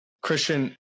Christian